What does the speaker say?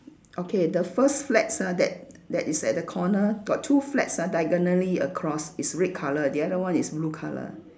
okay the first flags ah that that is at the corner got two flags are diagonally across is red colour the other one is blue colour